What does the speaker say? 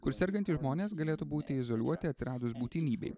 kur sergantys žmonės galėtų būti izoliuoti atsiradus būtinybei